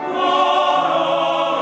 oh